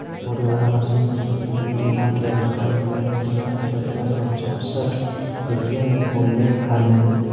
घूरे वाला machine spinning जेना के आविष्कार इंग्लैंड में सन् सत्रह सौ चौसठ ईसवी में होले हलई